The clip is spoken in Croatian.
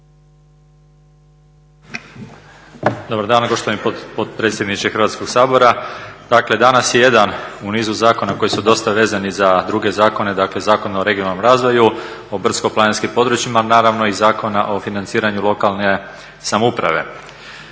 Dobar dan poštovani potpredsjedniče Hrvatskoga sabora. Dakle danas je jedan u nizu zakona koji su dosta vezani za druge zakone, dakle Zakon o regionalnom razvoju, o brdsko-planinskim područjima, naravno i Zakona o financiranju lokalne samouprave.